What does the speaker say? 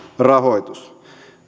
rahoitus